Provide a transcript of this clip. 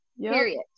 Period